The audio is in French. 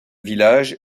village